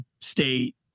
state